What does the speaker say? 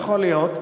יכול להיות,